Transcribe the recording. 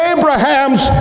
Abraham's